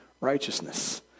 righteousness